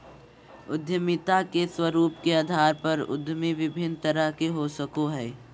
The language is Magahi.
उद्यमिता के स्वरूप के अधार पर उद्यमी विभिन्न तरह के हो सकय हइ